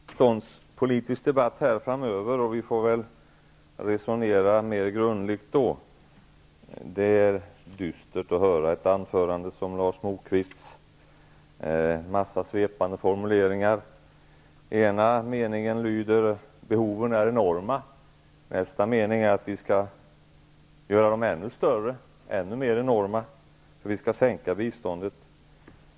Herr talman! Det kommer en biståndspolitisk debatt framöver. Vi får resonera mer grundligt då. Det är dystert att höra ett anförande som Lars Moquists, med en mängd svepande formuleringar. Den ena meningen lyder: Behoven är enorma. I nästa mening sägs att vi skall göra dem ännu större, att vi skall sänka biståndet.